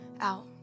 out